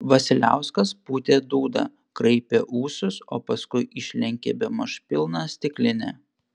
vasiliauskas pūtė dūdą kraipė ūsus o paskui išlenkė bemaž pilną stiklinę